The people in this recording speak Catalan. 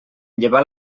llevar